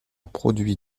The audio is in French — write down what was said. produit